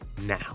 now